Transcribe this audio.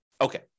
Okay